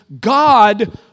God